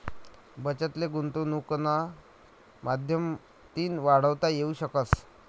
बचत ले गुंतवनुकना माध्यमतीन वाढवता येवू शकस